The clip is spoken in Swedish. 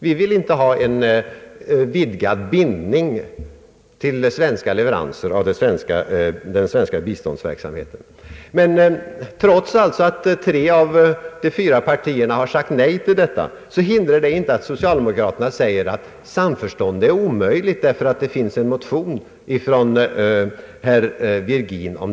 Vi vill inte ha en sådan vidgad bindning till svenska leveranser i biståndsverksamheten. Trots att tre av fyra partier har sagt nej till detta hindrar det inte att socialdemokraterna menar att ett samförstånd är omöjligt på grund av denna herr Virgins motion.